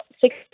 six